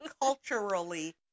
Culturally